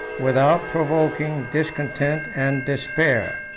without provoking discontent and despair.